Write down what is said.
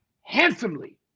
handsomely